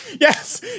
yes